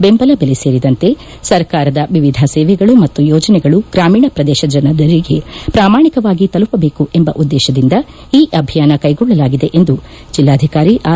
ಬೆಂಬಲ ಬೆಲೆ ಸೇರಿದಂತೆ ಸರ್ಕಾರದ ವಿವಿಧ ಸೇವೆಗಳು ಮತ್ತು ಯೋಜನೆಗಳು ಗ್ರಾಮೀಣ ಪ್ರದೇಶದ ಜನರಿಗೆ ಪ್ರಾಮಾಣಿಕವಾಗಿ ತಲುಪದೇಕು ಎಂಬ ಉದ್ದೇಶದಿಂದ ಈ ಅಭಿಯಾನ ಕೈಗೊಳ್ಳಲಾಗಿದೆ ಎಂದು ಜಿಲ್ಡಾಧಿಕಾರಿ ಆರ್